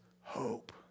hope